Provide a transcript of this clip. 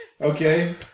Okay